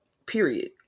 period